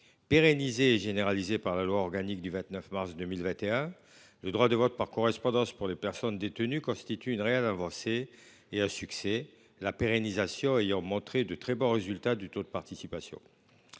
Pérennisé et généralisé par la loi organique du 29 mars 2021, le droit de vote par correspondance pour les personnes détenues constitue une réelle avancée et un succès, de très bons taux de participation